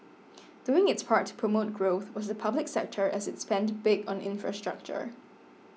doing its part to promote growth was the public sector as it spent big on infrastructure